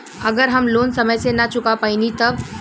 अगर हम लोन समय से ना चुका पैनी तब?